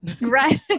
right